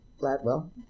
Gladwell